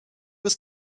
was